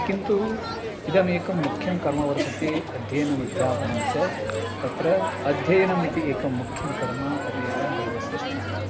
किन्तु इदमेकं मुख्यं कर्म वर्तते अध्ययनम् अध्यापनञ्च तत्र अध्ययनमिति एकं मुख्यं कर्म तदेकं गर्वस्य स्थानम्